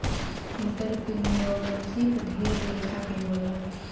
entrepreneurship ढेर लेखा के होला